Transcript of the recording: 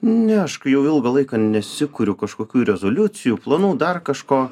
ne aš kai jau ilgą laiką nesikuriu kažkokių rezoliucijų planų dar kažko